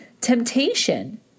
temptation